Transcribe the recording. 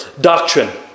doctrine